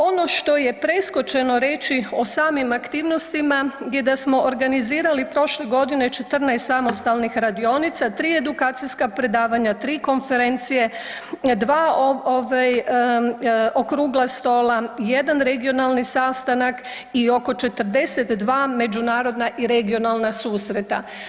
Ono što je preskočeno reći o samim aktivnostima je da smo organizirali prošle godine 14 samostalnih radionica, 3 edukacijska predavanja, 3 konferencije, 2 ovaj okrugla stola, 1 regionalni sastanak i oko 42 međunarodna i regionalna susreta.